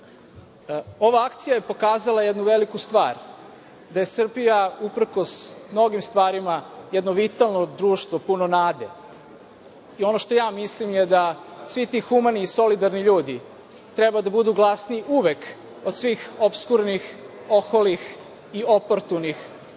akcija je pokazala jednu veliku stvar, da je Srbija, uprkos mnogim stvarima jedno vitalno društvo puno nade. Ono što ja mislim jeste da svi ti humani i solidarni ljudi treba da budu glasniji uvek od svih opskurnih, oholih i oportunih